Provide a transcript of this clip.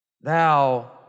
thou